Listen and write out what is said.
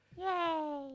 Yay